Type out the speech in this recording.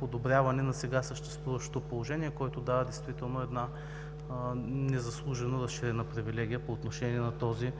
подобряване на сега съществуващото положение, което дава действително една незаслужено разширена привилегия по отношение на този